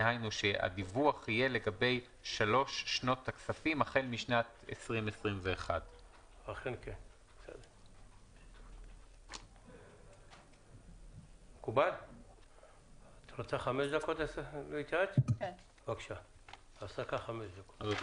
דהיינו שהדיווח יהיה לגבי שלוש שנות הכספים החל משנת 2021. מקובל?